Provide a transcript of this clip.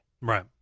Right